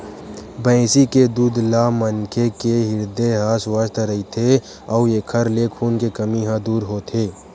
भइसी के दूद ले मनखे के हिरदे ह सुवस्थ रहिथे अउ एखर ले खून के कमी ह दूर होथे